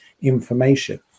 information